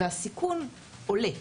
והסיכון עולה.